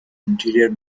interior